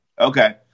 Okay